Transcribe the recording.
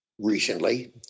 recently